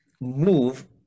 move